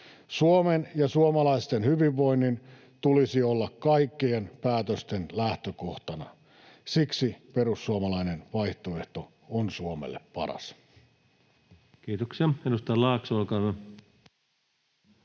Suomen ja suomalaisten hyvinvoinnin tulisi olla kaikkien päätösten lähtökohtana. Siksi perussuomalainen vaihtoehto on Suomelle paras. Kiitoksia. — Edustaja Laakso, olkaa hyvä.